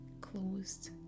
closed